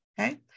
Okay